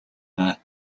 даа